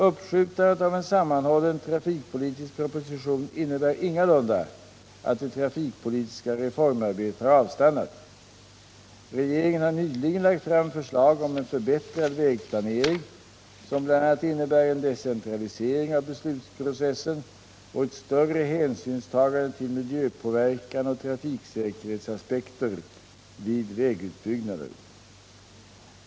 Uppskjutandet av en sammanhållen trafikpolitisk proposition innebär ingalunda att det trafikpolitiska reformarbetet har avstannat. Regeringen har nyligen lagt fram förslag om en förbättrad vägplanering som bl.a. innebär en decentralisering av beslutsprocessen och ett större hänsynstagande till miljöpåverkan och trafiksäkerhetsaspekter vid vägutbyggnader.